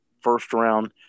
first-round